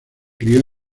crió